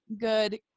good